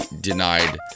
denied